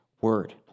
word